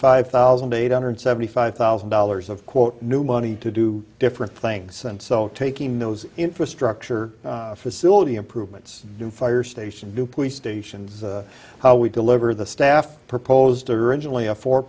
five thousand eight hundred seventy five thousand dollars of quote new money to do different things and so taking those infrastructure facility improvements new fire station new police stations how we deliver the staff proposed originally a four